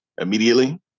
immediately